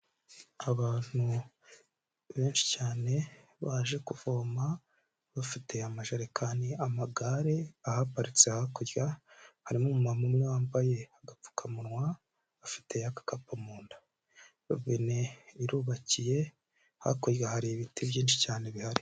Abantu benshi cyane baje kuvoma bafite amajerekani, amagare ahaparitse hakurya, harimo umumama umwe wambaye agapfukamunwa afite agakapu mu nda, robine irubakiye hakurya hari ibiti byinshi cyane bihari.